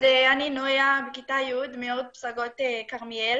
אני נויה בכיתה י' מאורט פסגות בכרמיאל,